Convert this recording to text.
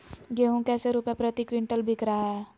गेंहू कैसे रुपए प्रति क्विंटल बिक रहा है?